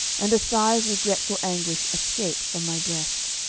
and a sigh of regretful anguish escaped from my breast.